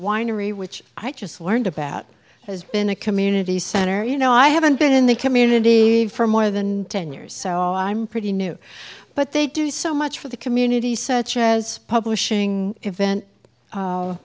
winery which i just learned about has been a community center you know i haven't been in the community for more than ten years so i'm pretty new but they do so much for the community such as publishing event